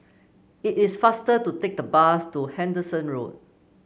it is faster to take the bus to Anderson Road